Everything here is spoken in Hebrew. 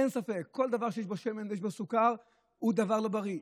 אין ספק שכל דבר שיש בו שמן וסוכר הוא דבר לא בריא.